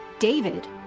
David